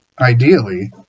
Ideally